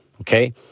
Okay